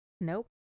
Nope